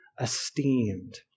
esteemed